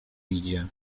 idzie